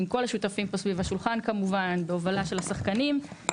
עם כל השותפים פה סביב השולחן כמובן ובהובלה של השחקנים,